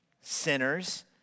sinners